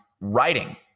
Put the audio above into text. writing